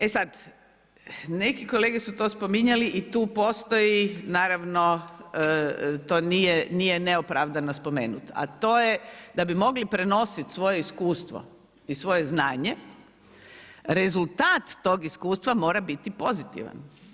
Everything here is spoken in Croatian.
E sad, neki kolege su tu spominjali i tu postoji naravno, to je nije neopravdano spomenuti, a to je da bi mogli prenositi svoje iskustvo i svoje znanje, rezultat tog iskustva mora biti pozitivan.